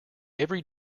every